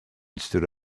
stood